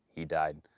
he died.